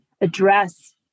address